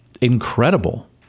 incredible